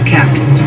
Captain